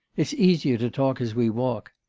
it's easier to talk as we walk.